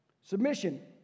Submission